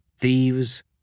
thieves